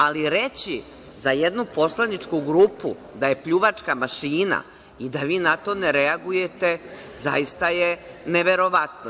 Ali, reći za jednu poslaničku grupu da je pljuvačka mašina i da vi na to ne reagujete zaista je neverovatno.